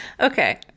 Okay